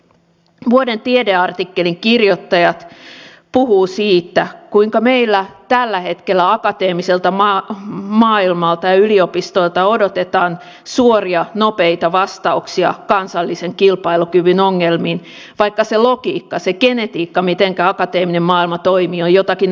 vuoden tiedeartikkelin kirjoittajat puhuvat siitä kuinka meillä tällä hetkellä akateemiselta maailmalta ja yliopistoilta odotetaan suoria nopeita vastauksia kansallisen kilpailukyvyn ongelmiin vaikka se logiikka ja se genetiikka mitenkä akateeminen maailma toimii on jotakin aivan muuta